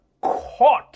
caught